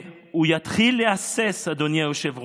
הוא יתחיל להסס, אדוני היושב-ראש.